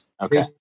okay